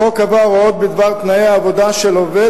החוק קבע הוראות בדבר תנאי העבודה של עובד